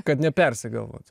kad nepersigalvotų